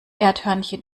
erdhörnchen